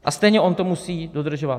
A stejně on to musí dodržovat.